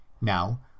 Now